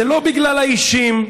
זה לא בגלל האישים,